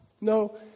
No